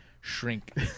shrink